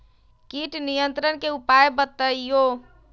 किट नियंत्रण के उपाय बतइयो?